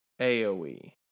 AoE